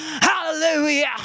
Hallelujah